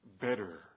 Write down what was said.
better